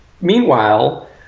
meanwhile